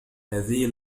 هذه